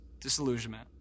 disillusionment